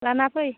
लाना फै